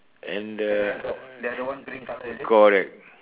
and the uh correct